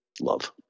love